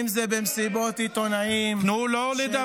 אם זה במסיבות עיתונאים, שבהן תקף, זה לא ייאמן.